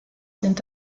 sind